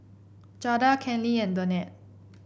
Jada Kenley and Danette